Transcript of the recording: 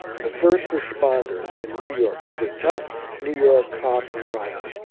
the first responders in new york. these are tough new york cops and firemen.